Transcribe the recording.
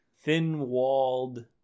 thin-walled